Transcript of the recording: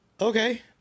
Okay